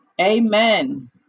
Amen